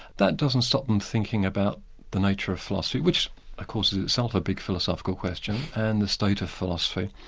that doesn't stop them thinking about the nature of philosophy, which of ah course is itself a big philosophical question and the state of philosophy.